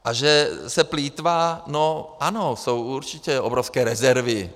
A že se plýtvá no ano, jsou určitě obrovské rezervy.